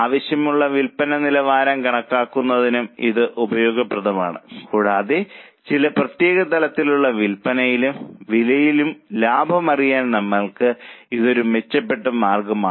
ആവശ്യമുള്ള വിൽപ്പന നിലവാരം കണക്കാക്കുന്നതിനും ഇത് ഉപയോഗപ്രദമാണ് കൂടാതെ ചില പ്രത്യേക തലത്തിലുള്ള വിൽപ്പനയിലും വിലയിലും ലാഭം അറിയാൻ നമ്മൾക്ക് ഇത് ഒരു മെച്ചപ്പെട്ട മാർഗമാണ്